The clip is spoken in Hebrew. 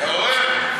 אתה רואה?